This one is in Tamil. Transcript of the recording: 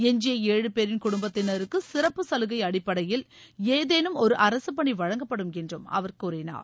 எஞ்சிய ஏழு பேரின் குடும்பத்தினருக்கு சிறப்பு சலுகை அடிப்படையில் ஏதேனும் ஒரு அரசுப்பணி வழங்கப்படும் என்று அவர் கூறினார்